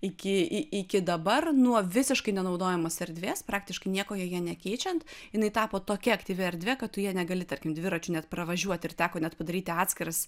iki iki dabar nuo visiškai nenaudojamos erdvės praktiškai nieko joje nekeičiant jinai tapo tokia aktyvi erdvė kad tu ja negali tarkim dviračiu net pravažiuoti ir teko net padaryti atskiras